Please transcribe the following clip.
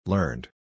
Learned